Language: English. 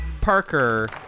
Parker